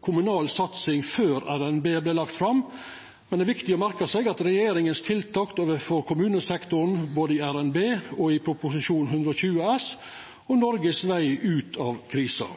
kommunal satsing før RNB vart lagd fram, men det er viktig å merka seg regjeringas tiltak overfor kommunesektoren både i RNB og i Prop. 120 S for 2019–2020, om Noregs veg ut av krisa.